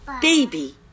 Baby